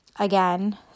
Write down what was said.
Again